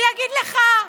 אני אגיד לך,